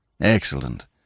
Excellent